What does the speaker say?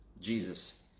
Jesus